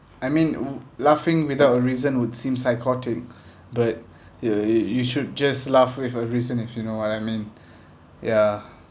I mean wo~ laughing without a reason would seem psychotic but you you should just laugh with a reason if you know what I mean ya